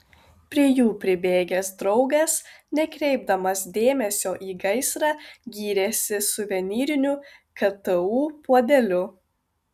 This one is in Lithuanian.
prie jų pribėgęs draugas nekreipdamas dėmesio į gaisrą gyrėsi suvenyriniu ktu puodeliu